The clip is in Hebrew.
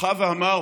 בכה ואמר,